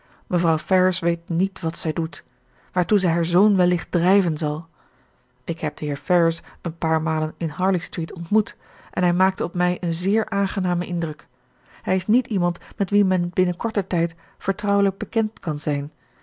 mevrouw ferrars weet niet wat zij doet waartoe zij haar zoon wellicht drijven zal ik heb den heer ferrars een paar malen in harley street ontmoet en hij maakte op mij een zeer aangenamen indruk hij is niet iemand met wien men binnen korten tijd vertrouwelijk bekend kan zijn